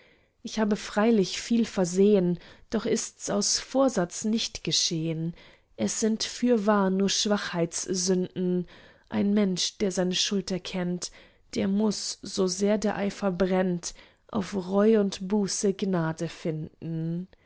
ich habe freilich viel versehn doch ist's aus vorsatz nicht geschehn es sind fürwahr nur schwachheitssünden ein mensch der seine schuld erkennt der muß so sehr der eifer brennt auf reu und buße gnade finden